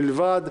בלבד,